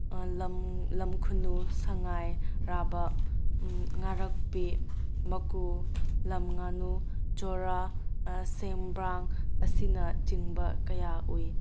ꯂꯝ ꯂꯝꯈꯨꯅꯨ ꯁꯉꯥꯏꯔꯥꯕ ꯉꯥꯔꯥꯛꯄꯤ ꯃꯀꯨ ꯂꯃꯉꯥꯅꯨ ꯆꯣꯔꯥ ꯁꯦꯝꯕ꯭ꯔꯥꯡ ꯑꯁꯤꯅꯆꯤꯡꯕ ꯀꯌꯥ ꯎꯨꯏ